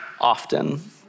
often